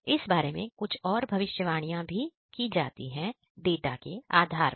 इस बारे में कुछ और भविष्यवाणी भी की जा सकती है डाटा के आधार पर